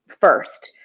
first